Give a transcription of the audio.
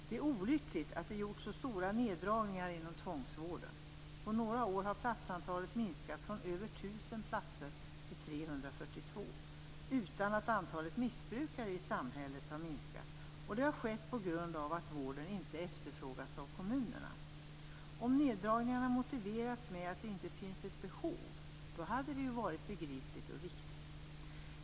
Det är olyckligt att det gjorts så stora neddragningar inom tvångsvården. På några år har platsantalet minskat från över tusen till 342 utan att antalet missbrukare i samhället har minskat. Det här har skett på grund av att vården inte efterfrågats av kommunerna. Om neddragningarna motiverats med att det inte finns ett behov, hade det varit begripligt och riktigt.